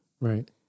Right